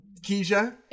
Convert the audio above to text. Keisha